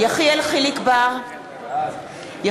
(קוראת בשמות חברי הכנסת) מיכל בירן,